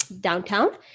downtown